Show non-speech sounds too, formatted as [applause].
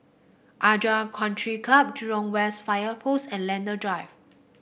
[unintelligible] Country Club Jurong West Fire Post and Lentor Drive